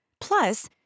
Plus